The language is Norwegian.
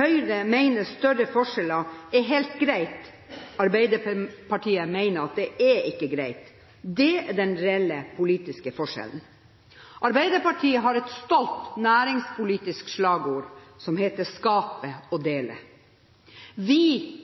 Høyre mener større forskjeller er helt greit, Arbeiderpartiet mener det ikke er greit. Det er den reelle politiske forskjellen. Arbeiderpartiet har et stolt næringspolitisk slagord: «Skape og dele.» Vi mistenker ikke Høyre for ikke å ville skape. Det tror jeg vi